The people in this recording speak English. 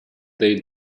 they